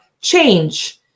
change